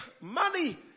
money